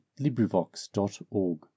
LibriVox.org